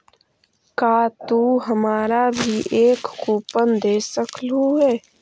का तू हमारा भी एक कूपन दे सकलू हे